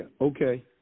okay